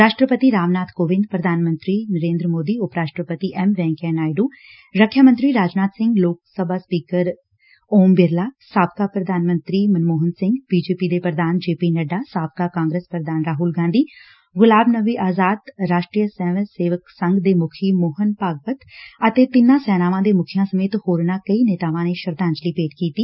ਰਾਸ਼ਟਰਪਤੀ ਰਾਮ ਨਾਥ ਕੋਵਿਦ ਪੁਧਾਨ ਮੰਤਰੀ ਨਰੇਂਦਰ ਮੋਦੀ ਉਪ ਰਾਸ਼ਟਰਪਤੀ ਐਮ ਵੈਂਕਈਆ ਨਾਇਡੁ ਰੱਖਿਆ ਮੰਤਰੀ ਰਾਜਨਾਬ ਸਿੰਘ ਲੋਕ ਸਭਾ ਸਪੀਕਰ ਓਮ ਬਿਰਲਾ ਸਾਬਕਾ ਪੁਧਾਨ ਮੰਤਰੀ ਮਨਸੋਹਨ ਸਿੰਘ ਬੀਜੇਪੀ ਦੇ ਪੁਧਾਨ ਜੇ ਪੀ ਨੱਡਾ ਸਾਬਕਾ ਕਾਂਗਰਸ ਪ੍ਰਧਾਨ ਰਾਹੁਲ ਗਾਂਧੀ ਗੁਲਾਬ ਨਬੀ ਆਜ਼ਾਦ ਰਾਸ਼ਟਰੀ ਸਵੈਮ ਸੇਵਕ ਸੰਘ ਦੇ ਮੁੱਖੀ ਸੋਹਨ ਭਾਗਵਤ ਅਤੇ ਤਿੰਨਾਂ ਸੈਨਾਵਾਂ ਦੇ ਮੁੱਖੀਆਂ ਸਮੇਤ ਹੋਰਨਾਂ ਕਈ ਨੇਤਾਵਾਂ ਨੇ ਸ਼ਰਧਾਂਜਲੀ ਭੇਂਟ ਕੀਤੀ